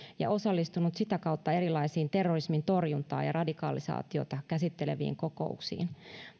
ja osallistunut sitä kautta erilaisiin terrorismin torjuntaa ja ja radikalisaatiota käsitteleviin kokouksiin